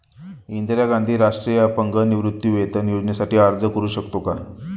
इंदिरा गांधी राष्ट्रीय अपंग निवृत्तीवेतन योजनेसाठी अर्ज करू शकतो का?